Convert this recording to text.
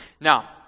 Now